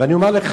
ואני אומר לך,